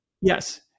yes